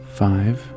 five